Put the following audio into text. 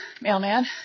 Mailman